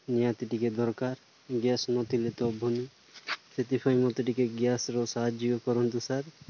ନିହାତି ଟିକିଏ ଦରକାର ଗ୍ୟାସ୍ ନଥିଲେ ତ ହେବନି ସେଥିପାଇଁ ମୋତେ ଟିକିଏ ଗ୍ୟାସ୍ର ସାହାଯ୍ୟ କରନ୍ତୁ ସାର୍